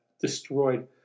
destroyed